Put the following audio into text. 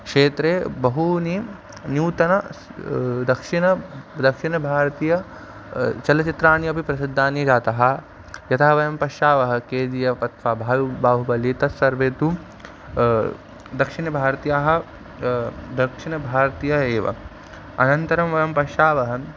क्षेत्रे बहूनि नूतनं दक्षिणं दक्षिणभारतीय चलच्चित्राणि अपि प्रसिद्धानि जातः यथा वयं पश्यावः के जि यप् अथवा भावु बाहुबलि तत्सर्वे तु दक्षिणभारत्याः दक्षिणभारतीयः एव अनन्तरं वयं पश्यावः